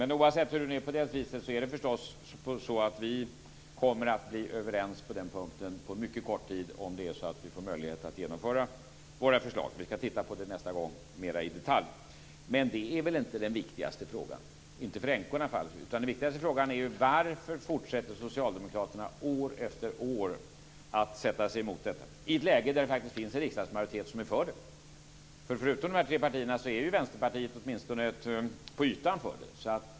Men oavsett hur det är, kommer vi att bli överens på den punkten på mycket kort tid om vi får möjlighet att genomföra våra förslag. Vi ska titta på det nästa gång i mera detalj. Men det är väl inte den viktigaste frågan - inte för änkorna. Den viktigaste frågan är varför socialdemokraterna fortsätter år efter år att sätta sig emot detta. Det är i ett läge när det faktiskt finns en riksdagsmajoritet för. Förutom de tre partierna är Vänsterpartiet åtminstone på ytan för.